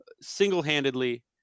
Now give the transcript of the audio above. single-handedly